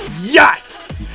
yes